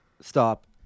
Stop